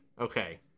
Okay